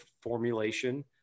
formulation